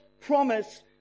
promise